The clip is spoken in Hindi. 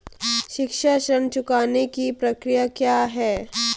शिक्षा ऋण चुकाने की प्रक्रिया क्या है?